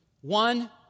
one